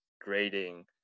grading